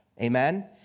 Amen